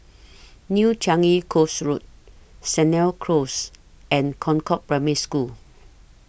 New Changi Coast Road Sennett Close and Concord Primary School